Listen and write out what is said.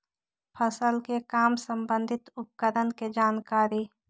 फसल के काम संबंधित उपकरण के जानकारी?